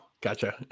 gotcha